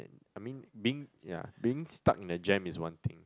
I mean being ya being stuck in the jam is one thing